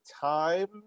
time